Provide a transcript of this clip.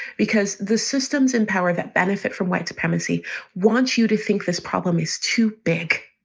because the systems in power that benefit from white supremacy wants you to think this problem is too big.